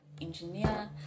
engineer